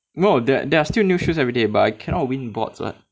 no there there are still new shoes everyday but I cannot win bot [what]